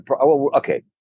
Okay